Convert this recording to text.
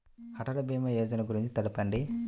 అటల్ భీమా యోజన గురించి తెలుపండి?